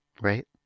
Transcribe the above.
right